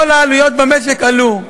כל המחירים במשק עלו.